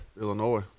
Illinois